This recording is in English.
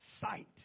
Sight